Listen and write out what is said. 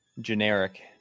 generic